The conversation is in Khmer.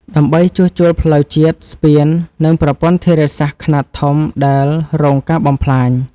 ដើម្បីជួសជុលផ្លូវជាតិ ស្ពាន និងប្រព័ន្ធធារាសាស្ត្រខ្នាតធំដែលរងការបំផ្លាញ។